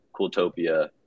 Cooltopia